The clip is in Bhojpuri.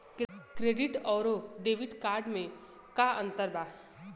क्रेडिट अउरो डेबिट कार्ड मे का अन्तर बा?